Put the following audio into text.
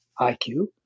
IQ